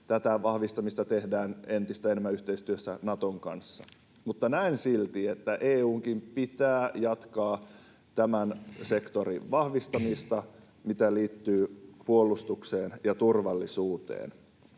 tätä vahvistamista tehdään entistä enemmän yhteistyössä Naton kanssa. Mutta näen silti, että EU:nkin pitää jatkaa tämän sektorin vahvistamista, mikä liittyy puolustukseen ja turvallisuuteen.